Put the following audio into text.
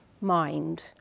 mind